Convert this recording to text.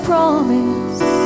promise